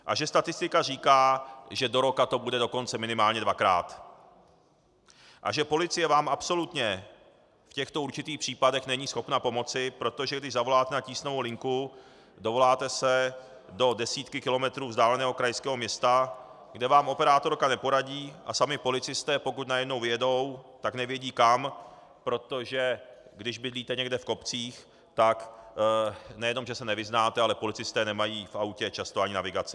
A že statistika říká, že do roka to bude dokonce minimálně dvakrát a že policie vám absolutně v těchto určitých případech není schopna pomoci, protože když zavoláte na tísňovou linku, dovoláte se do desítky kilometrů vzdáleného krajského města, kde vám operátorka neporadí, a sami policisté, pokud najednou vyjedou, tak nevědí kam, protože když bydlíte někde v kopcích, tak nejenom že se nevyznáte, ale policisté nemají v autě často ani navigaci.